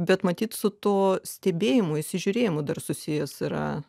bet matyt su tuo stebėjimu įsižiūrėjimu dar susijęs yra